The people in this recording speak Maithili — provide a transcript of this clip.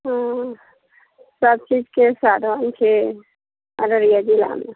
हूँ सबचीजके साधन छै अररिया जिलामे